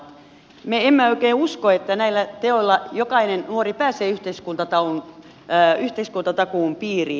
me emme oikein usko että näillä teoilla jokainen nuori pääsee yhteiskuntatakuun piiriin